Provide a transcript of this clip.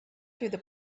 through